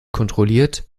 kontrolliert